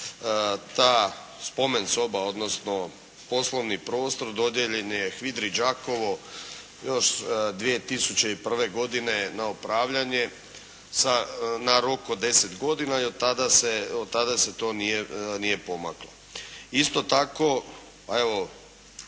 ta spomensoba odnosno poslovni prostor dodijeljen je HVIDRA-i Đakovo još 2001. godine ne upravljanje sa, na rok od 10 godina i od tada se, od tada se to nije pomaklo. Isto tako, a evo